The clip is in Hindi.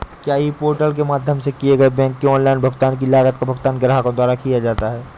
क्या ई पोर्टल के माध्यम से किए गए बैंक के ऑनलाइन भुगतान की लागत का भुगतान ग्राहकों द्वारा किया जाता है?